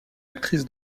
actrice